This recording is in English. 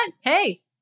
hey